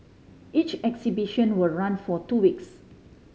each exhibition will run for two weeks